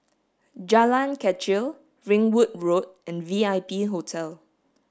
Jalan Kechil Ringwood Road and V I P Hotel